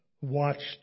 watched